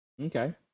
Okay